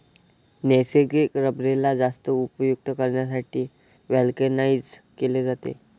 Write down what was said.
नैसर्गिक रबरेला जास्त उपयुक्त करण्यासाठी व्हल्कनाइज्ड केले जाते